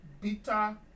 Beta